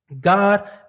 God